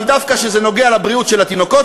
אבל דווקא כשזה נוגע לבריאות של התינוקות